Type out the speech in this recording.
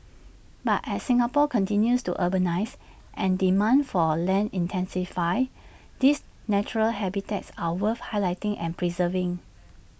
but as Singapore continues to urbanise and demand for land intensifies these natural habitats are worth highlighting and preserving